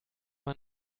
man